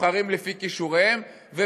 ייבחרו לפי כישוריהם, תודה.